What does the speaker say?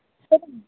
சொல்லுங்கள்